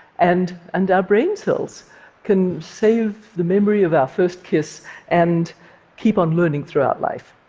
and and our brain cells can save the memory of our first kiss and keep on learning throughout life.